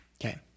Okay